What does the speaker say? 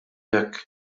hekk